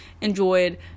enjoyed